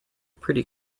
pretty